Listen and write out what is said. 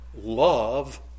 Love